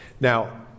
Now